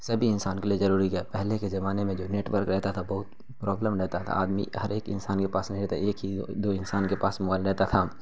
سبھی انسان کے لیے ضروری ہے پہلے کے زمانے میں جو نیٹورک رہتا تھا بہت پرابلم رہتا تھا آدمی ہر ایک انسان کے پاس نہیں رہتا ایک ہی دو انسان کے پاس موائل رہتا تھا